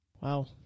Wow